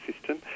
system